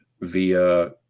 via